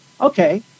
okay